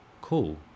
cool